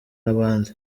n’abandi